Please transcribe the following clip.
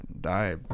die